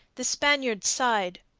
the spaniard sighed,